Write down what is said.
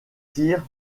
tirent